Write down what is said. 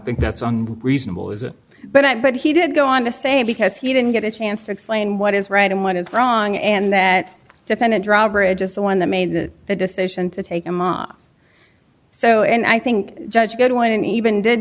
think that's reasonable is it but i but he did go on to say because he didn't get a chance to explain what is right and what is wrong and that defendant drawbridge is the one that made the decision to take him on so and i think judge a good one even did